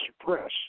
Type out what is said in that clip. suppress